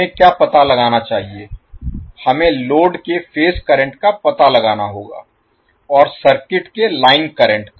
हमें क्या पता लगाना चाहिए हमें लोड के फेज करंट का पता लगाना होगा और सर्किट के लाइन करंट का